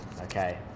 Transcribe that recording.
Okay